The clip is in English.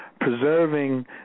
preserving